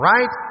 Right